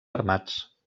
armats